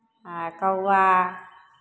आ कौआ